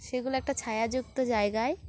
সেগুলো একটা ছায়াযুক্ত জায়গায়